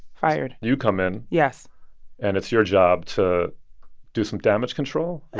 fired you come in yes and it's your job to do some damage control,